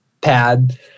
pad